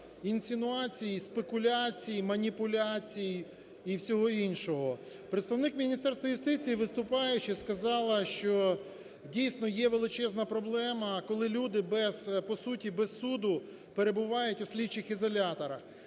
інсинуацій, спекуляцій, маніпуляцій і всього іншого. Представник Міністерства юстиції, виступаючи, сказала, що дійсно є величезна проблема, коли люди по суті без суду перебувають у слідчих ізоляторах.